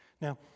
Now